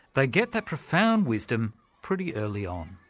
they get that profound wisdom pretty early on.